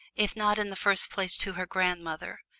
if not in the first place to her grandmother.